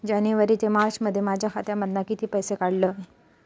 जानेवारी ते मार्चमध्ये माझ्या खात्यामधना किती पैसे काढलय?